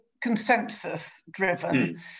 consensus-driven